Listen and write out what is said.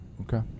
Okay